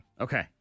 Okay